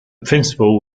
principle